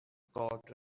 god